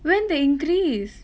when they increase